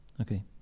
okay